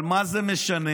אבל מה זה משנה?